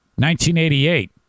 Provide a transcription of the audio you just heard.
1988